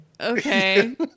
Okay